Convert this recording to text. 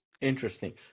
Interesting